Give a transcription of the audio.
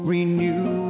Renew